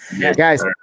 Guys –